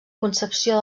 concepció